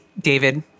David